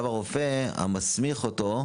הרופא המסמיך אותו,